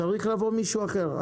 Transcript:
צריך לבוא מישהו אחר.